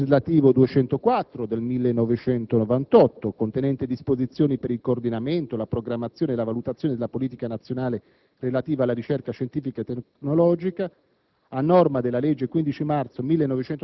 Rammento che il decreto legislativo n. 204 del 1998 (contenente disposizioni per il coordinamento, la programmazione e la valutazione della politica nazionale relativa alla ricerca scientifica e tecnologica),